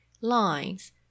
Lines